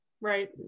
right